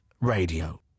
radio